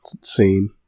scene